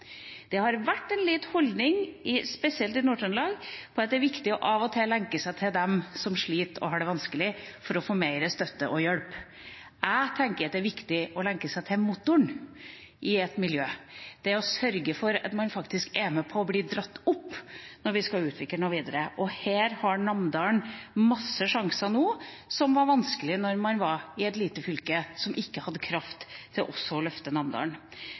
Det har vært en holdning, spesielt i Nord-Trøndelag, at det av og til er viktig å lenke seg til dem som sliter og har det vanskelig, for å få mer støtte og hjelp. Jeg tenker at det er viktig å lenke seg til motoren i et miljø – det å sørge for at man faktisk er med på å bli dratt opp når man skal utvikle noe videre. Her har Namdalen masse sjanser nå som var vanskelig da man var i et lite fylke, som ikke hadde kraft til også å løfte Namdalen.